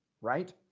right